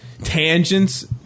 Tangents